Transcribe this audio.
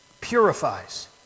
purifies